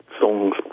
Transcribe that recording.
songs